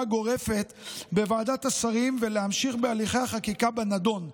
גורפת בוועדת השרים להמשיך בהליכי החקיקה בנדון.